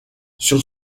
sur